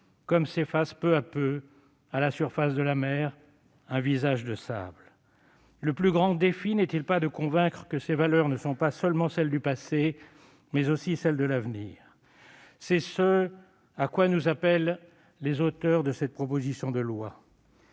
comme s'efface peu à peu « à la limite de la mer un visage de sable »? Le plus grand défi n'est-il pas de convaincre que ces valeurs sont non pas seulement celles du passé, mais aussi celles de l'avenir ? C'est ce à quoi nous appellent les auteurs de cette proposition de loi.